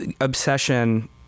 obsession